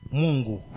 mungu